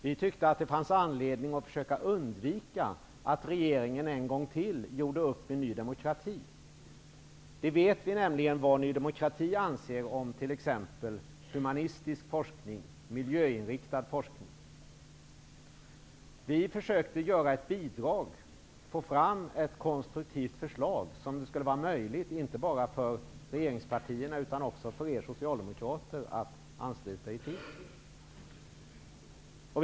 Vi tyckte att det fanns anledning att försöka undvika att regeringen en gång till gjorde upp med Ny demokrati. Vi vet nämligen vad Ny demokrati anser om t.ex. Vi försökte få fram ett konstruktivt förslag som skulle vara möjligt för inte bara regeringspartierna utan också för er socialdemokrater att ansluta sig till.